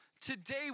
Today